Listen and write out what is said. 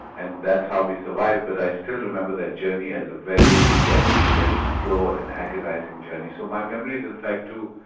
and that's how we survived. but i still remember that journey as a very tense, very slow and agonising journey. so my memories in fact do,